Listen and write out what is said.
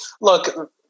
look